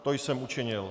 To jsem učinil.